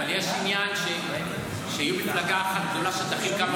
אבל יש עניין שתהיה מפלגה אחת גדולה שתכיל כמה